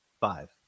Five